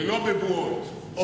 ולא בבועות.